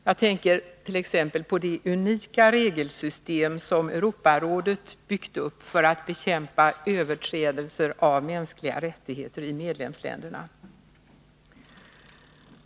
Jag tänker t.ex. på det unika regelsystem som Europarådet har byggt upp för att bekämpa överträdelser av de mänskliga rättigheterna i medlemsländerna.